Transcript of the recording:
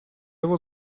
его